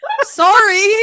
sorry